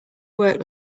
work